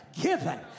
given